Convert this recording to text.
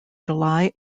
july